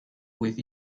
with